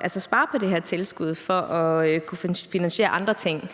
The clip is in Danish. at spare på det her tilskud for at kunne finansiere andre ting